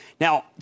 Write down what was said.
Now